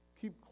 keep